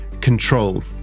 control